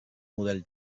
model